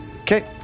okay